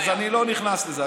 אז אני לא נכנס לזה.